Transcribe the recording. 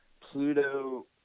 Pluto